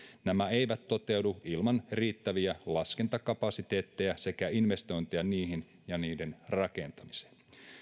nämä eivät toteudu ilman riittäviä laskentakapasiteetteja sekä investointeja niihin ja niiden rakentamiseen